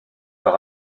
leur